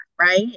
Right